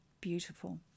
beautiful